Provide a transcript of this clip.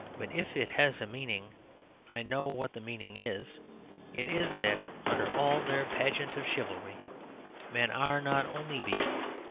but if it has a meaning i know what the meaning is it is that under all their pageant of chivalry men are not only beasts,